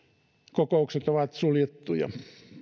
kokoukset ovat suljettuja